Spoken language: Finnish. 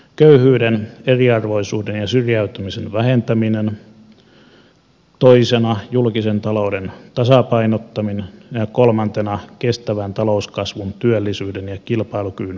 köyhyyden eriarvoisuuden ja syrjäytymisen vähentäminen toisena julkisen talouden tasapainottaminen ja kolmantena kestävän talouskasvun työllisyyden ja kilpailukyvyn vahvistaminen